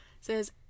says